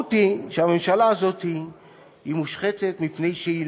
המשמעות היא שהממשלה הזאת מושחתת מפני שאינה